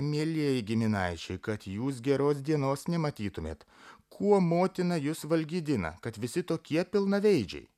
mielieji giminaičiai kad jūs geros dienos nematytumėt kuo motina jus valgydina kad visi tokie pilnaveidžiai